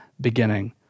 beginning